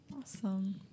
Awesome